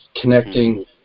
connecting